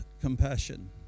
compassion